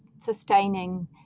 sustaining